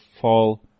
fall